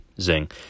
Zing